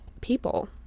people